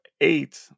eight